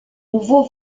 nouveaux